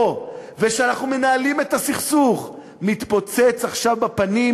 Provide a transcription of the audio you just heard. ושאנחנו מנהלים את הסכסוך מתפוצץ עכשיו בפנים,